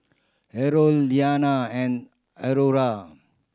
Harold Iliana and Aurora